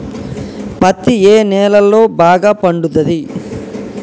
పత్తి ఏ నేలల్లో బాగా పండుతది?